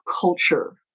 culture